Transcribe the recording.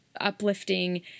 uplifting